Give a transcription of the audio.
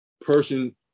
person